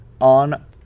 on